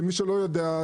למי שלא יודע,